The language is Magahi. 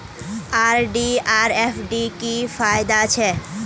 आर.डी आर एफ.डी की फ़ायदा छे?